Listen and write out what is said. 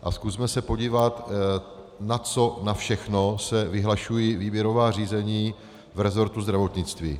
A zkusme se podívat, na co na všechno se vyhlašují výběrová řízení v resortu zdravotnictví.